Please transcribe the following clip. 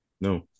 No